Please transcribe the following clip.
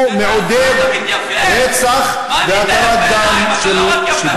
הוא מעודד רצח ומתיר את הדם שלי.